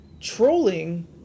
trolling